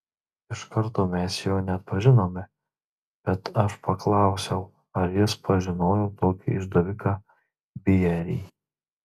iš karto mes jo neatpažinome bet aš paklausiau ar jis pažinojo tokį išdaviką bierį